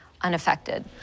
unaffected